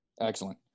Excellent